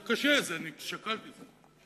זה קשה, שקלתי את זה.